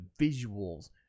visuals